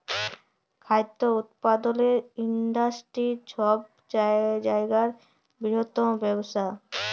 খাদ্য উৎপাদলের ইন্ডাস্টিরি ছব জায়গার বিরহত্তম ব্যবসা